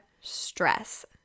stress